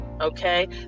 okay